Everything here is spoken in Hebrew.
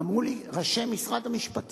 אמרו לי ראשי משרד המשפטים: